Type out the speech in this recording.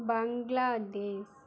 Bangladesh